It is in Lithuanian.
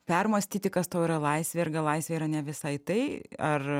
permąstyti kas tau yra laisvė ar gal laisvė yra ne visai tai ar